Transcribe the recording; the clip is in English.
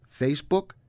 Facebook